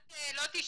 את לא תישארי,